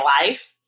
life